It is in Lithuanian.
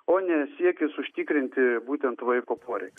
o ne siekis užtikrinti būtent vaiko poreikius